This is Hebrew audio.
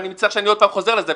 ואני מצטער שאני עוד פעם חוזר לזה,